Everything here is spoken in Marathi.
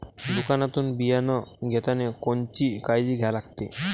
दुकानातून बियानं घेतानी कोनची काळजी घ्या लागते?